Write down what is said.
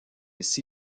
ainsi